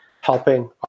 helping